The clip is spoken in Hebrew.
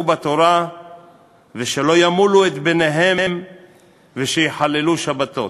בתורה ושלא ימולו את בניהם ושיחללו שבתות.